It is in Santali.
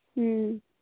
ᱦᱮᱸ